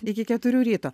iki keturių ryto